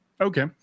Okay